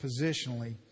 positionally